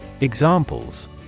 Examples